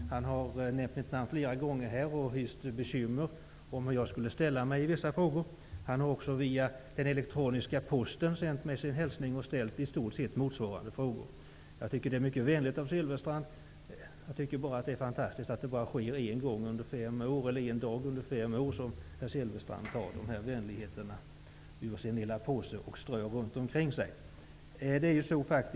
Han har nämnt mitt namn flera gånger här och har hyst bekymmer om hur jag skulle ställa mig i dessa frågor. Han har också via den elektroniska posten sänt mig sin hälsning och ställt i stort sett motsvarande frågor. Det är mycket vänligt av Silfverstrand. Det är dock fantastiskt att det bara är en dag under fem år som herr Silfverstrand tar fram de här vänligheterna ur sin lilla påse och strör dem omkring sig.